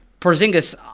Porzingis